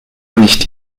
nicht